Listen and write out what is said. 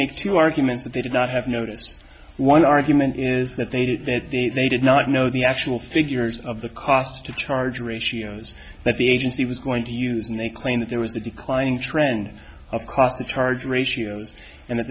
make two arguments that they did not have noticed one argument is that they did that they did not know the actual figures of the costs to charge ratios that the agency was going to use and they claim that there was a declining trend of cost to charge ratios and